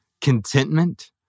contentment